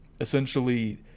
essentially